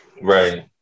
Right